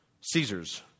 Caesar's